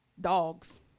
dogs